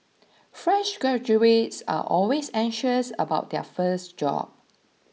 fresh graduates are always anxious about their first job